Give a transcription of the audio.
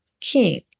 king